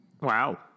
Wow